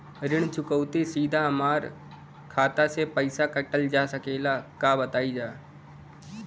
ऋण चुकौती सीधा हमार खाता से पैसा कटल जा सकेला का बताई जा?